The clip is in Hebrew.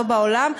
לא בעולם,